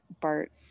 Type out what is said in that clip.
BART